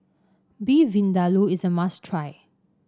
Beef Vindaloo is a must try